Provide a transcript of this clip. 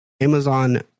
Amazon